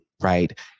Right